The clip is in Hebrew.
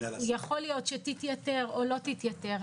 יכול להיות שתתייתר או לא תתייתר.